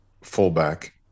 fullback